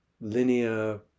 linear